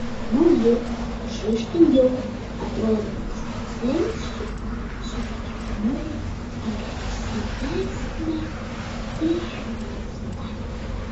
nauji išraiškingiau atrodantys slenksčiai suteikia modeliui agresyvesnę išvaizdą